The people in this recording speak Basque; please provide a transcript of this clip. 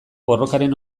borrokaren